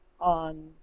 on